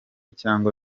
cyangwa